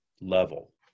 level